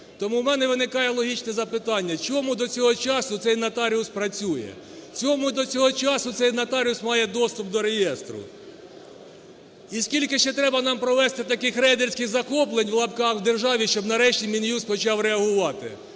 Тому в мене виникає логічне запитання, чому до цього часу цей нотаріус працює? Чому до цього часу цей нотаріус має доступ до реєстру? І скільки ще треба нам провести таких рейдерських захоплень, в лапках, у державі, щоб нарешті Мін'юст почав реагувати?